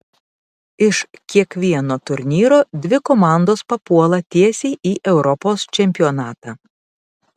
iš kiekvieno turnyro dvi komandos papuola tiesiai į europos čempionatą